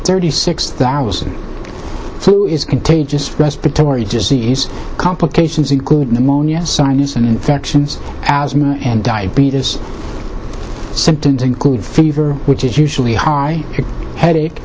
thirty six thousand so who is contagious respiratory disease complications including the manja sinus infections asthma and diabetes symptoms include fever which is usually high headache